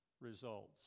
results